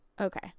Okay